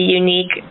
unique